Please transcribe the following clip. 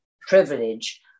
privilege